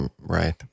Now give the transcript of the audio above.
Right